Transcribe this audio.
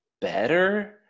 better